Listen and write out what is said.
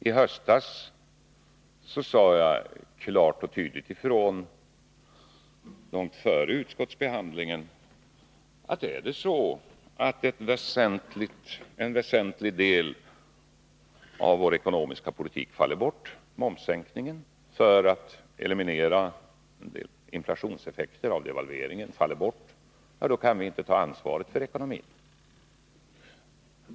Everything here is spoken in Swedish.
I höstas sade jag klart och tydligt ifrån långt före utskottsbehandlingen att om en väsentlig del av vår ekonomiska politik faller bort, dvs. den momssänkning som var avsedd att eliminera en del inflationseffekter av devalveringen, kan vi inte ta ansvar för ekonomin.